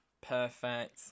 Perfect